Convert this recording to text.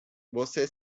você